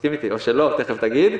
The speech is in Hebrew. מסכים איתי, או שלא, תיכף תגיד.